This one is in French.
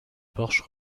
porche